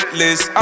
list